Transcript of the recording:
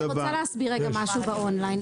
אני רוצה להסביר משהו על אונליין.